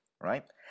right